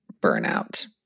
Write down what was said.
burnout